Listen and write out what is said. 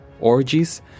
orgies